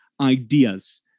ideas